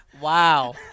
Wow